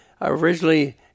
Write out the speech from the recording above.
originally